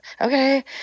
Okay